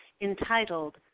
entitled